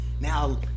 Now